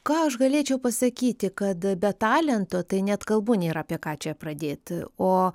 ką aš galėčiau pasakyti kad be talento tai net kalbų nėra apie ką čia pradėti o